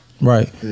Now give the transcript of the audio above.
Right